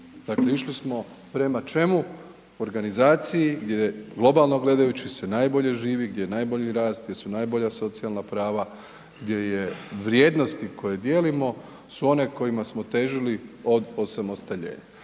Dakle, ušli smo prema čemu? Organizaciji gdje je globalno gledajući se najbolje živi, gdje je najbolji rast, gdje su najbolja socijalna prava, gdje je vrijednosti koje dijelimo su one kojima smo težili od osamostaljenja.